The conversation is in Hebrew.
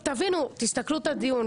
תבינו, תסתכלו על הדיון.